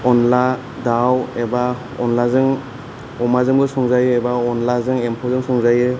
अनला दाउ एबा अनलाजों अमाजोंबो संजायो एबा अनलाजों एम्फौजों संजायो